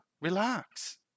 relax